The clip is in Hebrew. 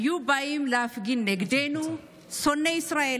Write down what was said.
היו באים להפגין נגדנו שונאי ישראל,